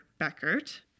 beckert